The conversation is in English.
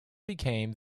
became